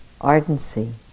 ardency